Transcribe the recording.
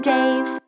Dave